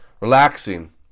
relaxing